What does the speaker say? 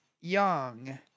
young